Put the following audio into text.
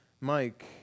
Mike